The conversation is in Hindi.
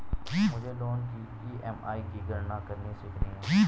मुझे लोन की ई.एम.आई की गणना करनी सीखनी है